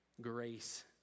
grace